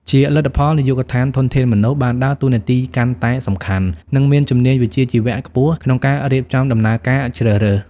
ជាលទ្ធផល នាយកដ្ឋានធនធានមនុស្ស បានដើរតួនាទីកាន់តែសំខាន់ និងមានជំនាញវិជ្ជាជីវៈខ្ពស់ក្នុងការរៀបចំដំណើរការជ្រើសរើស។